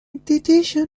institution